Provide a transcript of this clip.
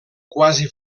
quasi